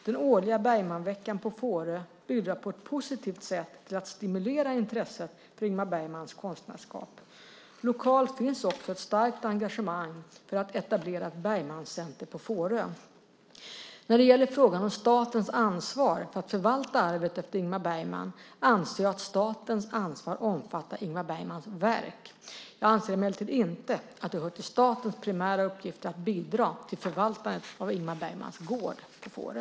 Den årliga Bergmanveckan på Fårö bidrar på ett positivt sätt till att stimulera intresset för Ingmar Bergmans konstnärskap. Lokalt finns också ett starkt engagemang för att etablera ett Bergmancentrum på Fårö. När det gäller frågan om statens ansvar för att förvalta arvet efter Ingmar Bergman anser jag att statens ansvar omfattar Ingmar Bergmans verk. Jag anser emellertid inte att det hör till statens primära uppgifter att bidra till förvaltandet av Ingmar Bergmans gård på Fårö.